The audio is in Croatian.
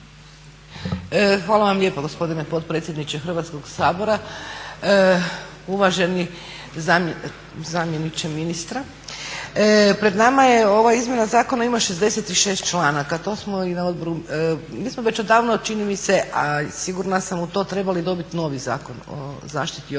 Hvala vam lijepo gospodine predsjedniče Hrvatskoga sabora. Uvaženi zamjeniče ministra. Pred nama ova izmjena zakona ima 66 članaka, mi smo već i odavno čini mi se, a i sigurna sam u to trebali dobiti novi Zakon o zaštiti okoliša.